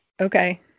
okay